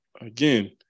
again